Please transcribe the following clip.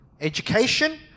education